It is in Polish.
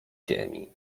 ziemi